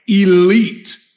elite